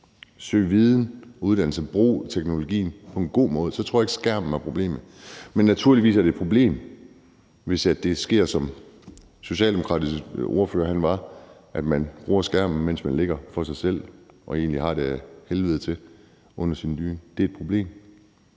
Søg viden og uddannelse, brug teknologien på en god måde. Så tror jeg ikke, skærmen er problemet. Men naturligvis er det et problem, hvis det sker – som den socialdemokratiske ordfører sagde – at man bruger skærmen, mens man ligger for sig selv og egentlig har det ad helvede til under sin dyne. Det er et problem.